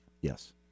Yes